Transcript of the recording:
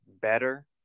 better